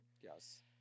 Yes